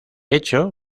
hecho